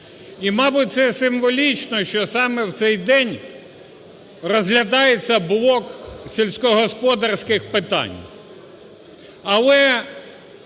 і, мабуть, це символічно, що саме в цей день розглядається блок сільськогосподарських питань.